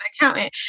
accountant